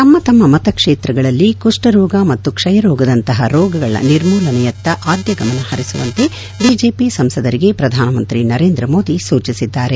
ತಮ್ಮ ತಮ್ಮ ಮತ ಕ್ಷೇತ್ರಗಳಲ್ಲಿ ಕುಷ್ಪರೋಗ ಮತ್ತು ಕ್ಷಯರೋಗದಂತಹ ರೋಗಗಳ ನಿರ್ಮೂಲನೆಯತ್ತ ಆದ್ಯ ಗಮನ ಹರಿಸುವಂತೆ ಬಿಜೆಪಿ ಸಂಸದರಿಗೆ ಪ್ರಧಾನ ಮಂತ್ರಿ ನರೇಂದ್ರ ಮೋದಿ ಸೂಚಿಸಿದ್ದಾರೆ